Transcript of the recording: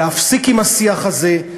להפסיק עם השיח הזה,